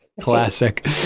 Classic